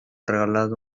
regalado